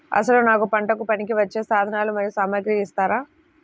అసలు నాకు పంటకు పనికివచ్చే సాధనాలు మరియు సామగ్రిని ఇస్తారా?